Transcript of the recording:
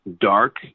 dark